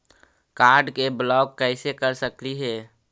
Card के block कैसे कर सकली हे?